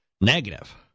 negative